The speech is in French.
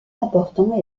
important